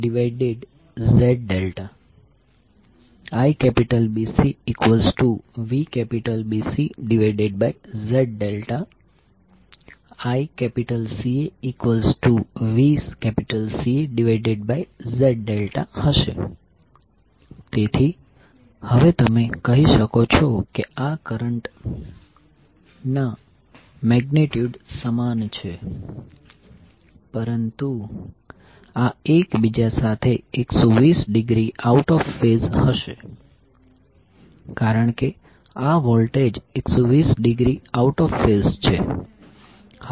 તેથી phase current IABVABZ∆ IBCVBCZ∆ ICAVCAZ∆ હશે તેથી હવે તમે કહી શકો છો કે આ કરંટના મેગ્નિટ્યુડ સમાન છે પરંતુ આ એકબીજા સાથે 120 ડિગ્રી આઉટ ઓફ ફેઝ હશે કારણ કે આ voltage 120 degree out of phase છે